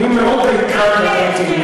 אני מאוד דייקן בפרטים,